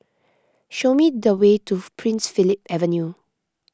show me the way to Prince Philip Avenue